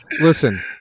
listen